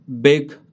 big